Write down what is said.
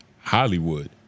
Hollywood